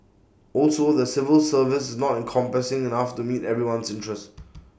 also the civil service not encompassing enough to meet everyone's interest